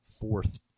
fourth